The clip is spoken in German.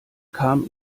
kam